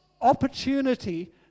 opportunity